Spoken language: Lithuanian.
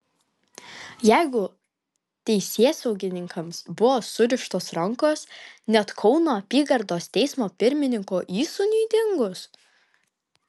jeigu teisėsaugininkams buvo surištos rankos net kauno apygardos teismo pirmininko įsūniui dingus